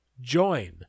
join